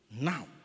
now